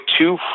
two